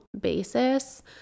basis